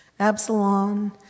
Absalom